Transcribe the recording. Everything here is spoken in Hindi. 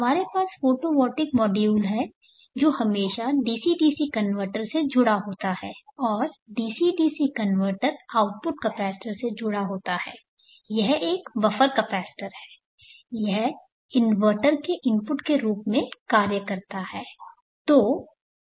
हमारे पास फोटोवोल्टिक मॉड्यूल है जो हमेशा डीसी डीसी कनवर्टर से जुड़ा होता है और DC DC converter output capacitor से जुड़ा होता है यह एक बफर कैपेसिटर है और यह इन्वर्टर के इनपुट के रूप में कार्य करता है